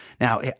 Now